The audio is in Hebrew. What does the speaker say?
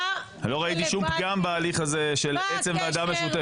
לא ראיתי שום פגם בהליך הזה של עצם ועדה משותפת.